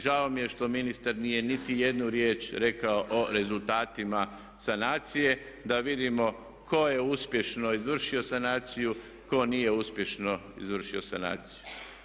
Žao mi je što ministar nije nitijednu riječ rekao o rezultatima sanacije da vidimo tko je uspješno izvršio sanaciju, tko nije uspješno izvršio sanaciju.